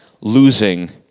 losing